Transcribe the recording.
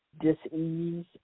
dis-ease